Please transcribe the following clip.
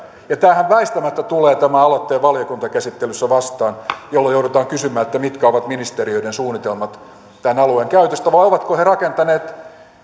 tämähän aloite väistämättä tulee valiokuntakäsittelyssä vastaan jolloin joudutaan kysymään mitkä ovat ministeriöiden suunnitelmat tämän alueen käytöstä vai ovatko he rakentaneet